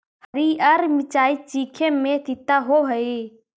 हरीअर मिचाई चीखे में तीता होब हई